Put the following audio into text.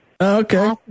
Okay